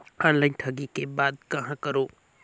Online ठगी के बाद कहां करों?